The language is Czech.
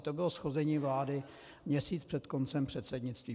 To bylo shození vlády měsíc před koncem předsednictví.